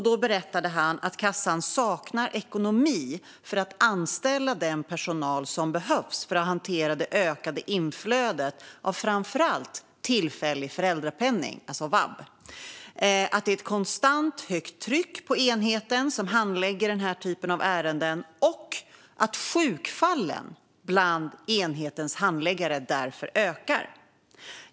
Då berättade han att kassan saknar ekonomi för att anställa den personal som behövs för att hantera det ökade inflödet av framför allt anmälningar om tillfällig föräldrapenning, alltså vab, att det är ett konstant högt tryck på enheten som handlägger den typen av ärenden och att sjukfallen bland enhetens handläggare därför ökar.